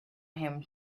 him